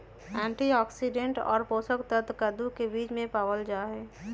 antioxidant और पोषक तत्व कद्दू के बीज में पावल जाहई